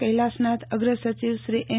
કૈલાસનાથ અગ્ર સચિવ શ્રી એમ